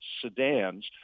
sedans